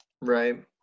Right